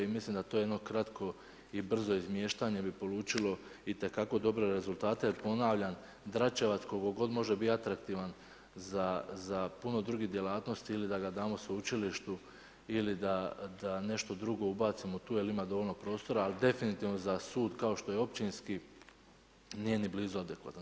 I mislim da je to jedno kratko i brzo izmještene, jer bi polučilo itekako dobre rezultate, jer ponavljam, Dračevac, koliko god može biti atraktivan za puno drugih djelatnosti ili da ga damo sveučilištu ili da nešto drugo ubacimo tu, jer ima dovoljno prostora, ali definitivno za sud, kao što je općinski, nije ni blizu adekvatan.